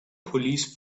police